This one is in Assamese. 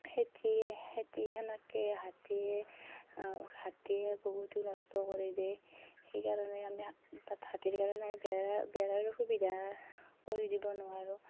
খেতি খেতি সেনেকেই হাতীয়ে হাতীয়ে বহুতো নষ্ট কৰি দিয়ে সেইকাৰণে আমি তাত হাতীৰ কাৰণে আমি বেৰা বেৰাৰো সুবিধা কৰি দিব নোৱাৰোঁ